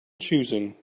choosing